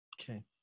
Okay